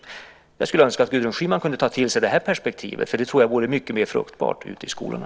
Jag skulle önska att Gudrun Schyman kunde ta till sig det perspektivet. Det tror jag vore mycket mer fruktbart ute i skolorna.